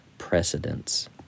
precedence